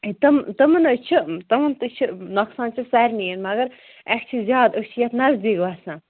ہے تِم تِمَن حظ چھِ تِمَن تہٕ چھِ نۄقصان چھِ سارنِیَن مگر اَسہِ چھِ زیاد أسۍ چھِ یَتھ نزدیٖک بَسان